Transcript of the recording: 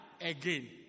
again